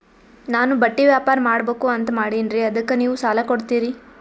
ನಾನು ಬಟ್ಟಿ ವ್ಯಾಪಾರ್ ಮಾಡಬಕು ಅಂತ ಮಾಡಿನ್ರಿ ಅದಕ್ಕ ನೀವು ಸಾಲ ಕೊಡ್ತೀರಿ?